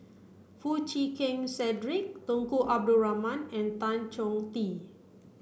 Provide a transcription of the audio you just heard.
Foo Chee Keng Cedric Tunku Abdul Rahman and Tan Chong Tee